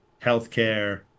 healthcare